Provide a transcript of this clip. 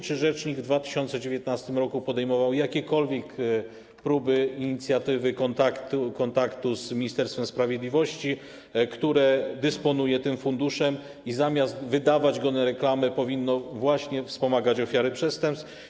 Czy rzecznik w 2019 r. podejmował jakiekolwiek próby, inicjatywy kontaktu z Ministerstwem Sprawiedliwości, które dysponuje tym funduszem i zamiast wydawać z niego środki na reklamę, powinno właśnie wspomagać ofiary przestępstw?